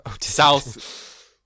South